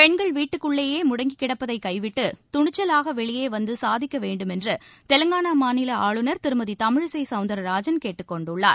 பெண்கள் வீட்டுக்குள்ளே முடங்கிக் கிடப்பதை கைவிட்டு துணிச்சலாக வெளியே வந்து சாதிக்க வேண்டுமென்று தெலங்கானா மாநில ஆளுநர் திருமதி தமிழிசை சவுந்தராஜன் கேட்டுக் கொண்டுள்ளார்